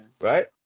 Right